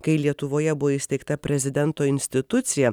kai lietuvoje buvo įsteigta prezidento institucija